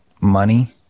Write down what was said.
money